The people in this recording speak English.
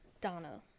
donna